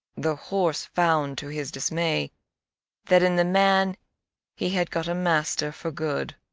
the horse found to his dismay that in the man he had got a master for good.